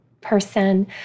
person